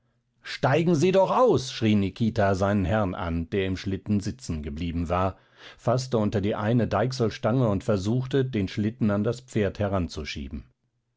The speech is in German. steigen sie doch aus schrie nikita seinen herrn an der im schlitten sitzen geblieben war faßte unter die eine deichselstange und versuchte den schlitten an das pferd heranzuschieben